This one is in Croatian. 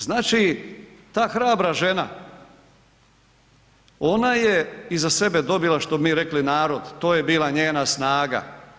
Znači ta hrabra žena, ona je iza sebe dobila što bi mi rekli, narod, to je bila njena snaga.